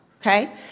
okay